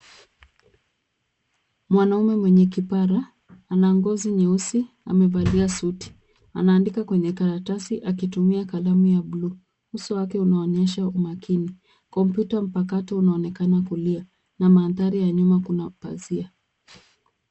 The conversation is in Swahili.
Mwanaume mwenye kipara ana ngozi nyeusi amevalia suti. Anaandika kwenye karatasi akitumia kalamu ya bluu. Uso wake unaonyesha umakini. Kompyuta mpakato unaonekana kulia na mandhari ya nyuma kuna pazia.